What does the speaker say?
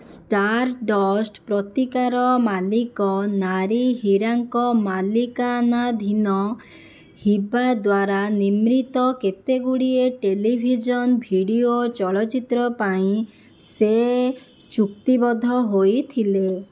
star dust ପତ୍ରିକାର ମାଲିକ ନାରୀ ହିରାଙ୍କ ମାଲିକାନାଧୀନ ହିବା ଦ୍ୱାରା ନିର୍ମିତ କେତେଗୁଡ଼ିଏ ଟେଲିଭିଜନ୍ ଭିଡ଼ିଓ ଚଳଚ୍ଚିତ୍ର ପାଇଁ ସେ ଚୁକ୍ତିବଦ୍ଧ ହୋଇଥିଲେ